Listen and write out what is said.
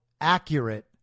accurate